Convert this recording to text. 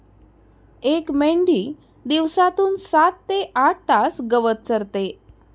एक मेंढी दिवसातून सात ते आठ तास गवत चरते